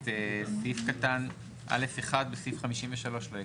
את סעיף קטן א'1 בסעיף 53 לא הקראת.